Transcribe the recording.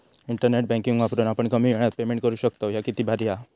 internet banking वापरून आपण कमी येळात पेमेंट करू शकतव, ह्या किती भारी हां